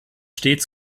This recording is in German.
stets